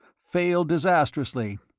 failed disastrously,